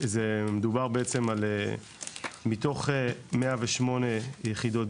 מתוך 801 יחידות